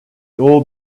old